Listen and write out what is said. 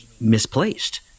misplaced